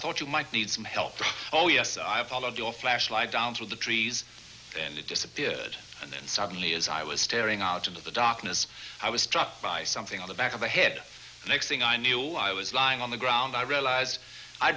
thought you might need some help oh yes i've followed your flashlight down through the trees and it disappeared and then suddenly as i was staring out of the dock miss i was struck by something on the back of the head and next thing i knew i was lying on the ground i realize i